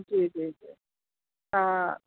जी जी जी हा